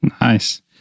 Nice